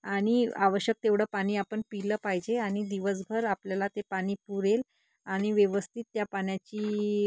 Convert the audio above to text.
आणि आवश्यक तेवढं पाणी आपण पिलं पाहिजे आणि दिवसभर आपल्याला ते पाणी पुरेल आणि व्यवस्थित त्या पाण्याची